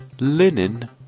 linen